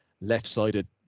left-sided